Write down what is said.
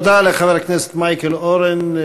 תודה לחבר הכנסת מייקל אורן.